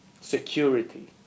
security